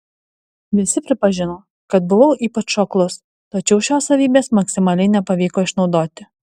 visi pripažino kad buvau ypač šoklus tačiau šios savybės maksimaliai nepavyko išnaudoti